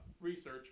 Research